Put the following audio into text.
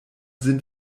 sind